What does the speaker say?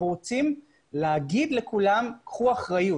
אנחנו רוצים להגיד לכולם: קחו אחריות.